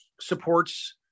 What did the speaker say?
supports